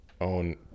own